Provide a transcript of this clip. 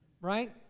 right